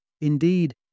Indeed